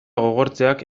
gogortzeak